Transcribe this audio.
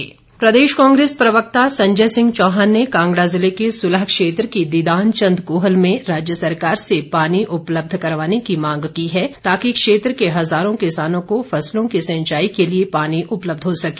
कांग्रेस प्रवक्ता प्रदेश कांग्रेस प्रवक्ता संजय सिंह चौहान ने कांगड़ा जिले के सुलह क्षेत्र की दीवान चंद कूहल में राज्य सरकार से पानी उपलब्ध करवाने की मांग की है ताकि क्षेत्र के हजारों किसानों को फसलों की सिंचाई के लिए पानी उपलब्ध हो सके